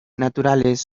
naturales